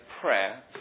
Prayer